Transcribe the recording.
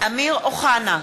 אמיר אוחנה,